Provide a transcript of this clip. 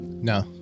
No